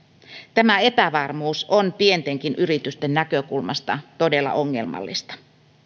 tämä epävarmuus on pientenkin yritysten näkökulmasta todella ongelmallista